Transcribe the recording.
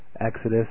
exodus